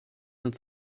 uns